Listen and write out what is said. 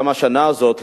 גם בשנה הזאת,